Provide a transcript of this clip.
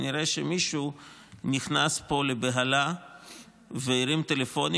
נראה שמישהו נכנס פה לבהלה והרים טלפונים